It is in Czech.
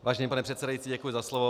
Vážený pane předsedající, děkuji za slovo.